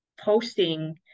posting